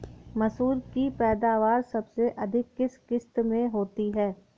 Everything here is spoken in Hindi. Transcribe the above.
मसूर की पैदावार सबसे अधिक किस किश्त में होती है?